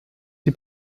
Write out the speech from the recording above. die